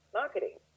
marketing